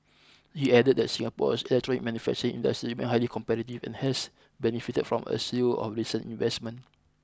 he added that Singapore's electronics manufacturing industry remained highly competitive and has benefited from a slew of recent investments